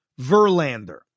Verlander